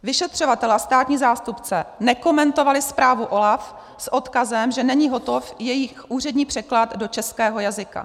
Vyšetřovatel a státní zástupce nekomentovali zprávu OLAF s odkazem, že není hotov jejich úřední překlad do českého jazyka.